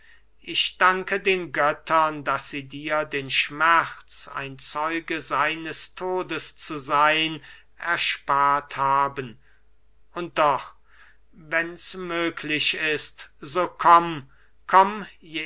ich danke den göttern daß sie dir den schmerz ein zeuge seines todes zu seyn erspart haben und doch wenn's möglich ist so komm komm